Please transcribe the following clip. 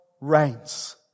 reigns